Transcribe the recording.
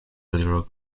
gliro